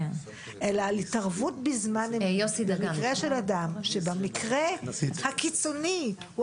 אלא על התערבות בזמן אמת במקרה של אדם שבמקרה הקיצוני הוא